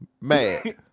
mad